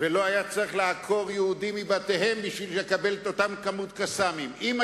ולא היה צריך לעקור יהודים מבתיהם בשביל לקבל אותה כמות "קסאמים".